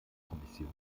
kommission